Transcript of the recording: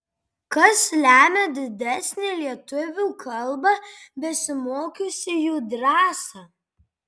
kas lemią didesnę lietuvių kalba besimokiusiųjų drąsą